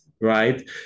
right